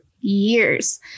years